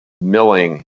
milling